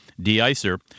de-icer